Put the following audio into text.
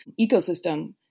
ecosystem